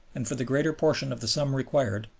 and, for the greater portion of the sum required,